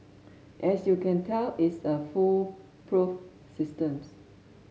as you can tell it's a foolproof systems